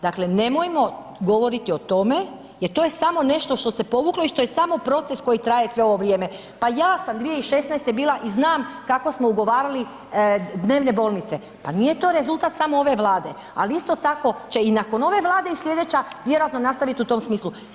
Dakle, nemojmo govoriti o tome jer to je samo nešto što se povuklo i što je samo proces koji traje sve ovo vrijeme, pa ja sam 2016. bila i znam kako smo ugovarali dnevne bolnice, pa nije to rezultat samo ove Vlade, al isto tako će i nakon ove Vlade i slijedeća vjerojatno nastavit u tom smislu.